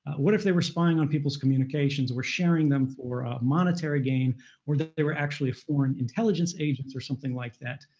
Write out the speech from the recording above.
what if they were spying on people's communications or sharing them for monetary gain or that they were actually a foreign intelligence agents or something like that?